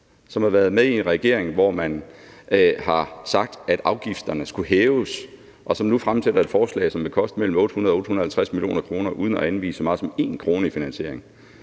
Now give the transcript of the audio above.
som har været med i en regering, hvor man har sagt, at afgifterne skulle hæves, og som nu fremsætter et forslag, som vil koste mellem 800 og 850 mio. kr., uden at anvise så meget som en krone i finansiering.